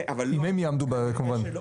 אם הם יעמדו כמובן.